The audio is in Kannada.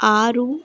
ಆರು